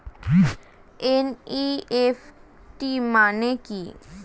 NEFT মানে কি?